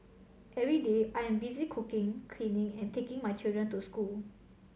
every day I am busy cooking cleaning and taking my children to school